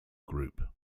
group